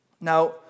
Now